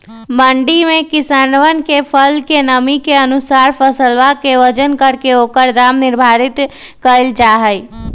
मंडी में किसनवन के फसल के नमी के अनुसार फसलवा के वजन करके ओकर दाम निर्धारित कइल जाहई